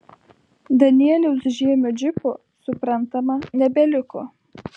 danieliaus žiemio džipo suprantama nebeliko